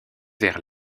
vers